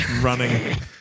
running